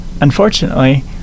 unfortunately